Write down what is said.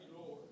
Lord